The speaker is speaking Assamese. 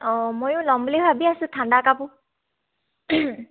অঁ ময়ো ল'ম বুলি ভাবি আছোঁ ঠাণ্ডা কাপোৰ